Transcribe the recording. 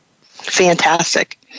Fantastic